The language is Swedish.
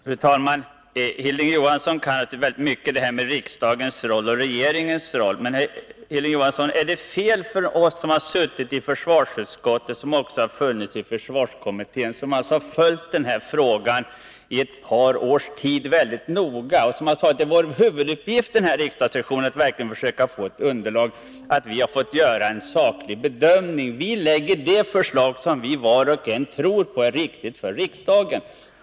Fru talman! Hilding Johansson kan naturligtvis väldigt mycket om riksdagens roll och regeringens roll. Men vi som tillhör försvarsutskottet och också suttit i försvarskommittén och alltså följt frågan i ett par års tid har tagit till vår huvuduppgift under den här riksdagssessionen att verkligen få underlag för att göra en saklig bedömning. Vi lägger fram för riksdagen det förslag som vi var och en tror är riktigt.